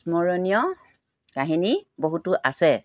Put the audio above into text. স্মৰণীয় কাহিনী বহুতো আছে